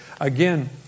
again